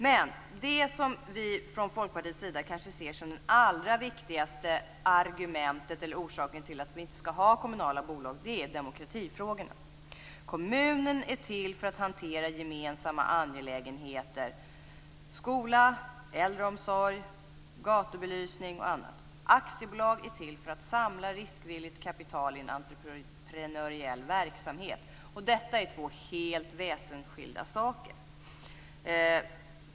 Vad vi i Folkpartiet kanske ser som det allra viktigaste argumentet/den allra viktigaste orsaken till att inte ha kommunala bolag är demokratifrågorna. Kommunen är till för att hantera gemensamma angelägenheter såsom skola, äldreomsorg, gatubelysning osv. Aktiebolag är till för att samla riskvilligt kapital i en entreprenöriell verksamhet. Det här är två helt väsensskilda saker.